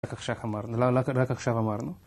רק עכשיו אמרנו